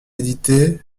éditée